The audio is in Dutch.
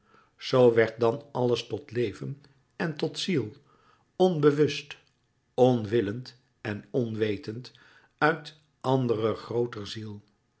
zoo werd dan alles tot leven en tot ziel onbewust onwillend en onwetend uit anderer grooter ziel